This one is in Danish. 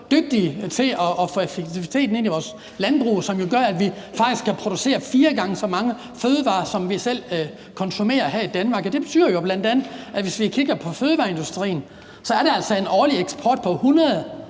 dygtige til at få effektivitet ind i vores landbrug, at vi faktisk kan producere fire gange så mange fødevarer, som vi selv konsumerer her i Danmark. Det betyder bl.a., at hvis vi kigger på fødevareindustrien, er der en årlig eksport på 173